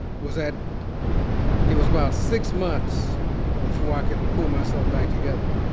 was that it was about six months before i could pull myself back together.